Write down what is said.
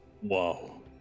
Whoa